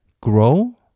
grow